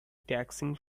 taxing